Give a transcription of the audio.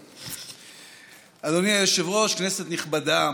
אדוני היושב-ראש, כנסת נכבדה,